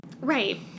Right